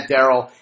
Daryl